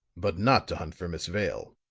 but not to hunt for miss vale.